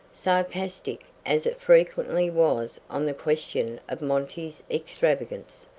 sarcastic as it frequently was on the question of monty's extravagance,